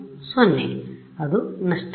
0 ಅದು ನಷ್ಟ